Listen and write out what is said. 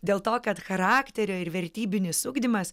dėl to kad charakterio ir vertybinis ugdymas